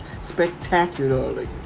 spectacularly